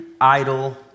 idle